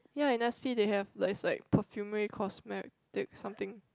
ya in s_p they have there's like perfumery cosmetics something